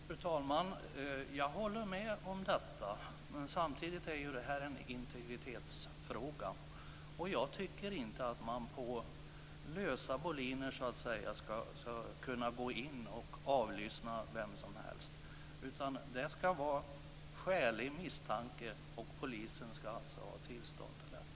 Fru talman! Jag håller med om detta. Men det här är samtidigt en integritetsfråga, och jag tycker inte att man skall kunna avlyssna vem som helst på lösa boliner. Det skall finnas en skälig misstanke, och polisen skall ha tillstånd till detta.